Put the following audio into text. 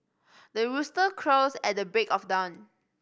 the rooster crows at the break of dawn